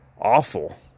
awful